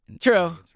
True